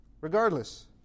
Regardless